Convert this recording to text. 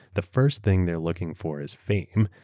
the first thing theyare looking for is fame.